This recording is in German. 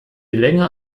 länger